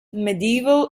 medieval